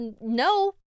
no